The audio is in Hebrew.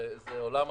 זה עולם אחר.